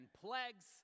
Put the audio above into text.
plagues